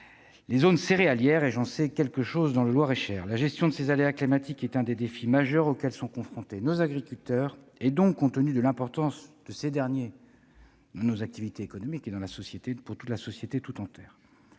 les zones céréalières- j'ai vécu cet épisode dans le Loir-et-Cher. La gestion de ces aléas climatiques est l'un des défis majeurs auxquels sont confrontés nos agriculteurs, et donc, compte tenu de l'importance de ces derniers, nos activités économiques et la société tout entière.